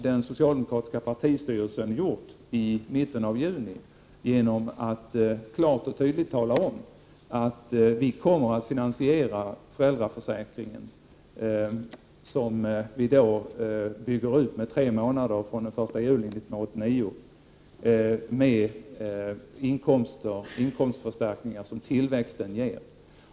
Den socialdemokratiska partistyrelsen svarade på den i mitten av juni genom att klart och tydligt tala om att vi kommer att finansiera föräldraförsäkringen, som kommer att byggas ut med tre månader fr.o.m. den 1 juli 1989. Den skall finansieras genom de inkomstförstärkningar som tillväxten ger.